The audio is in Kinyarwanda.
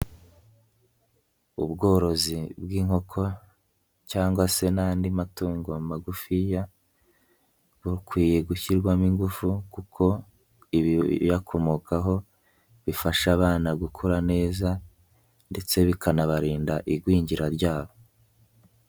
Ubworozi bw'inkoko cyangwa se n'andi matungo magufiya, bukwiye gushyirwamo ingufu, kuko ibiyakomokaho bifasha abana gukura neza ndetse bikanabarinda igwingira ryabo.